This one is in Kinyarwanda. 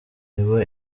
nibo